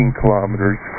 kilometers